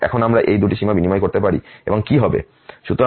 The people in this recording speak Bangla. এবং এখন আমরা এই দুটি সীমা বিনিময় করতে পারি এবং কী হবে